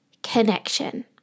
connection